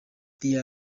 they